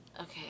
okay